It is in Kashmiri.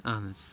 اہن حظ